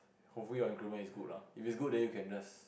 confirm your increment is good lah if is good then you can just